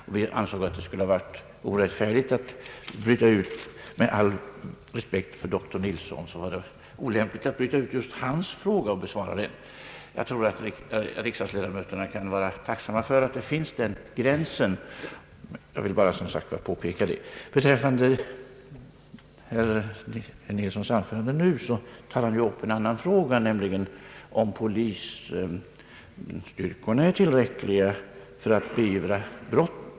Med all respekt för dr Nilsson ansåg vi det dock vara olämpligt att bryta ut just hans fråga och besvara den. Jag tror att riksdagsledamöterna kan vara tacksamma för att den överenskommelsen finns. Jag vill bara påpeka detta. I sitt anförande nu tar herr Nilsson upp en annan fråga, nämligen frågan om polisstyrkorna är tillräckliga för att beivra brott.